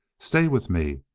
stay with me,